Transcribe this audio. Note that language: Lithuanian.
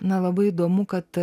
na labai įdomu kad